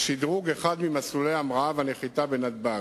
שדרוג והארכה של אחד ממסלולי ההמראה והנחיתה בנתב"ג,